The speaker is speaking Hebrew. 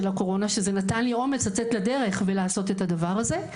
הקורונה שזה נתן לי אומץ לצאת לדרך ולעשות את הדבר הזה.